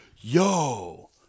Yo